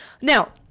now